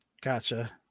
Gotcha